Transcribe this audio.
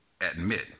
admit